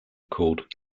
called